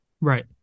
Right